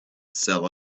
sell